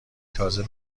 تازه